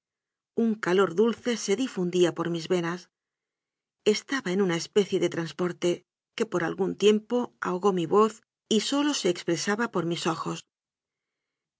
un calor dulce se difundía por mis venas estaba en una especie de transporte que por algún tiem po ahogó mi voz y sólo se expresaba por mis ojos